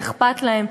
ואכפת להם,